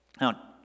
Now